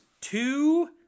two